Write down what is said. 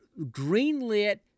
greenlit